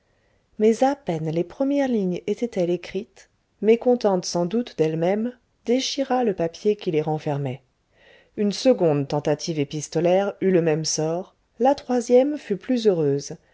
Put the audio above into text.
mais à peine les premières lignes étaient-elles écrites que la jeune fille mécontente sans doute d'elle-même déchira le papier qui les renfermait une seconde tentative épistolaire eut le même sort la troisième fut plus heureuse